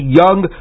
young